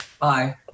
Bye